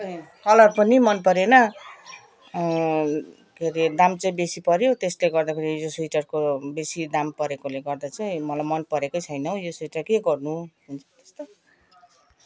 ए colour पनि मन परेन के अरे दाम चाहिँ बेसी पर्यो त्यसले गर्दा फेरि यो स्वेटरको बेसी दाम परेकोले गर्दा चाहिँ मलाई मन परेको छैन हौ यो स्वेटर के गर्नु